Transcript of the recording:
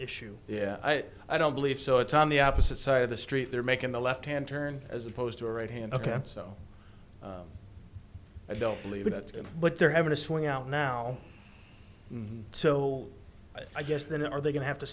issue yeah i don't believe so it's on the opposite side of the street they're making the left hand turn as opposed to a right hand ok so i don't believe that's what they're having to swing out now so i guess that are they going have to